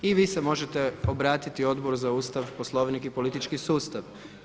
I vi ste možete obratiti Odboru za Ustav, Poslovnik i politički sustav.